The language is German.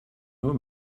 nur